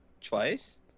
twice